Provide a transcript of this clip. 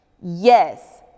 Yes